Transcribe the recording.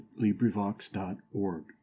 LibriVox.org